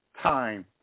time